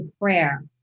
prayer